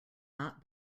not